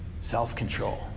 self-control